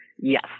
yes